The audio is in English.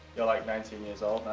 you're like nineteen years old.